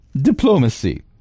diplomacy